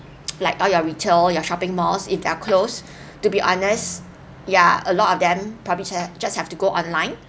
like all your retail your shopping malls if they're close to be honest ya a lot of them probably just have to go online